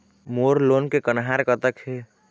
मोर loan के कन्हार कतक हे?